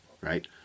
right